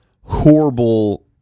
horrible